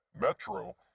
Metro